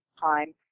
time